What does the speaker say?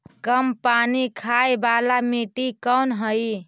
कम पानी खाय वाला मिट्टी कौन हइ?